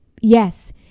Yes